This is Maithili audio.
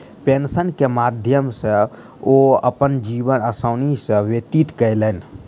पेंशन के माध्यम सॅ ओ अपन जीवन आसानी सॅ व्यतीत कयलैन